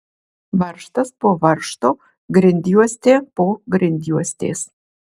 varžtas po varžto grindjuostė po grindjuostės